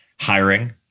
Hiring